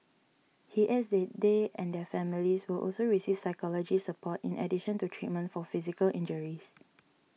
he adds that they and their families will also receive psychology support in addition to treatment for physical injuries